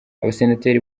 abasenateri